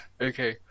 okay